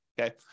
Okay